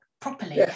properly